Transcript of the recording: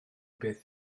beth